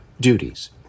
duties